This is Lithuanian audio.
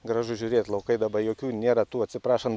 gražu žiūrėti laukai dabar jokių nėra tų atsiprašant